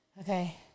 Okay